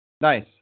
Nice